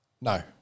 No